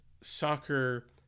soccer